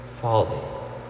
folly